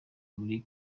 muri